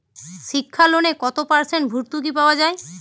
শিক্ষা লোনে কত পার্সেন্ট ভূর্তুকি পাওয়া য়ায়?